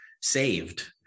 Saved